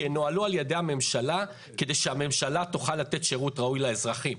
ינוהלו על ידי הממשלה כדי שהממשלה תוכל לתת שירות ראוי לאזרחים.